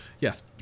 Yes